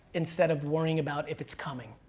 instead of worrying about if it's coming.